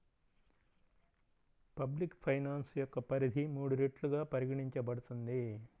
public finance యొక్క పరిధి మూడు రెట్లుగా పరిగణించబడుతుంది